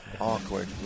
Awkward